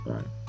Right